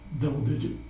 double-digit